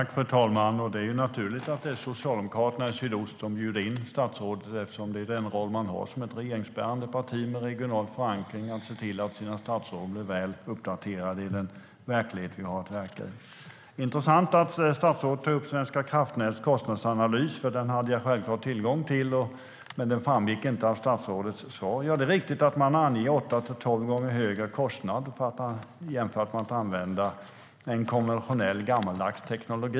Fru talman! Det är naturligt att det är socialdemokraterna i sydöstra Sverige som bjuder in statsrådet eftersom det är den roll de har som ett regeringsbärande parti med regional förankring, att se till att deras statsråd är väl uppdaterade i den verklighet vi har att hantera. Det var intressant att statsrådet tog upp Svenska kraftnäts kostnadsanalys. Den har jag självklart tillgång till, men kostnaderna framgick inte av statsrådets svar. Det är riktigt att man anger åtta till tolv gånger högre kostnad jämfört med att använda en konventionell gammaldags teknik.